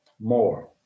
more